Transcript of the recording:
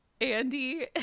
Andy